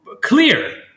clear